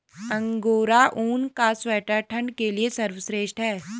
angora ऊन का sweater ठंड के लिए सर्वश्रेष्ठ है